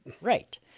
Right